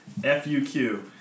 FUQ